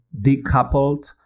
decoupled